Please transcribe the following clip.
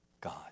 God